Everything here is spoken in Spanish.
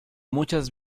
muchas